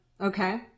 Okay